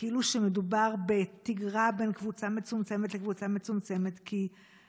כאילו שמדובר בתגרה בין קבוצה מצומצמת לקבוצה מצומצמת,